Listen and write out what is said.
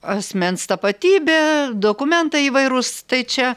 asmens tapatybę dokumentai įvairūs tai čia